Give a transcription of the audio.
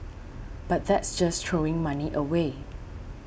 but that's just throwing money away